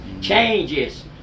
changes